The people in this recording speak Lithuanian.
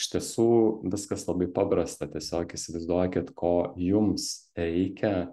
iš tiesų viskas labai paprasta tiesiog įsivaizduokit ko jums reikia